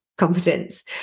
confidence